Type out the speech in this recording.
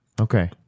Okay